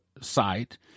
site